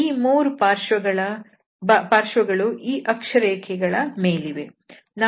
ಇನ್ನು ಮೂರು ಪಾರ್ಶ್ವಗಳು ಈ ಅಕ್ಷರೇಖೆಗಳ ಮೇಲಿವೆ